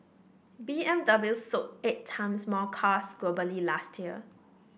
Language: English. B M W sold eight times more cars globally last year